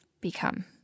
become